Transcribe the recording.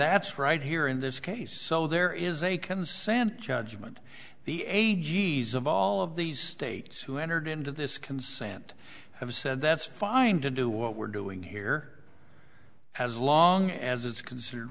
that's right here in this case so there is a consent judgment the a g s of all of these states who entered into this consent have said that's fine to do what we're doing here as long as it's considered